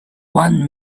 one